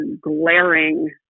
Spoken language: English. glaring